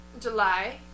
July